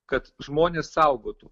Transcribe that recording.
kad žmonės saugotų